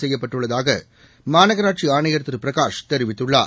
செய்யப்பட்டுள்ளதாகமாநகராட்சிஆணையர் திருபிரகாஷ் தெரிவித்துள்ளார்